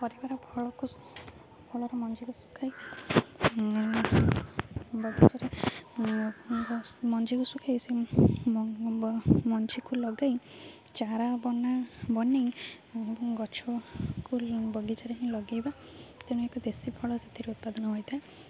ପରିବାର ଫଳକୁ ଫଳରେ ମଞ୍ଜିରେ ଶୁଖାଇ ବଗିଚାରେ ମଞ୍ଜିକୁ ଶୁଖାଇ ସେ ମଞ୍ଜିକୁ ଲଗାଇ ଚାରା ବନାଇ ଏବଂ ଗଛକୁ ବଗିଚାରେ ହି ଲଗାଇବା ତେଣୁ ଏକ ଦେଶୀ ଫଳ ସେଥିରେ ଉତ୍ପାଦନ ହୋଇଥାଏ